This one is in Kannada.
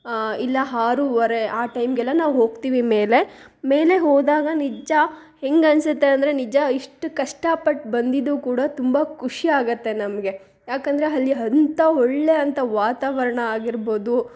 ಇಲ್ಲ ಆರುವರೆ ಆ ಟೈಮ್ಗೆಲ್ಲ ನಾವು ಹೋಗ್ತೀವಿ ಮೇಲೆ ಮೇಲೆ ಹೋದಾಗ ನಿಜ ಹೆಂಗೆ ಅನಿಸುತ್ತೆ ಅಂದರೆ ನಿಜ ಇಷ್ಟು ಕಷ್ಟಪಟ್ಟು ಬಂದಿದ್ದೂ ಕೂಡ ತುಂಬ ಖುಷಿಯಾಗುತ್ತೆ ನಮಗೆ ಏಕಂದ್ರೆ ಅಲ್ಲಿ ಅಂಥ ಒಳ್ಳೆಯ ಅಂಥ ವಾತಾವರಣ ಆಗಿರ್ಬೋದು